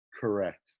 Correct